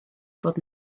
bod